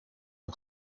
een